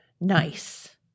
nice